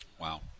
Wow